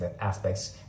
aspects